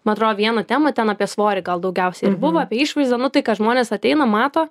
man atrodo vieną temą ten apie svorį gal daugiausiai ir buvo apie išvaizdą nu tai ką žmonės ateina mato